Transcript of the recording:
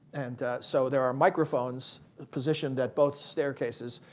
and so there are microphones positioned at both staircases.